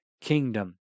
kingdom